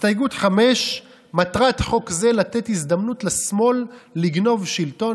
הסתייגות 5: מטרת חוק זה לתת הזדמנות לשמאל לגנוב שלטון